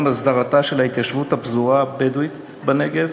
הסדרתה של התיישבות הפזורה הבדואית בנגב,